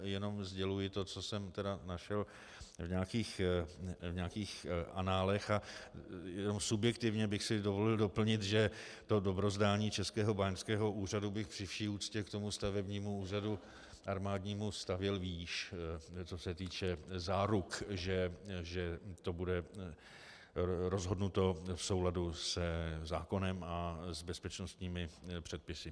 Jenom sděluji to, co jsem tedy našel v nějakých análech, a jenom subjektivně bych si dovolil doplnit, že dobrozdání Českého báňského úřadu bych při vší úctě k tomu stavebnímu úřadu armádnímu stavěl výš, co se týče záruk, že to bude rozhodnuto v souladu se zákonem a s bezpečnostními předpisy.